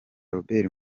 robert